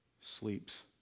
sleeps